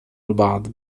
البعض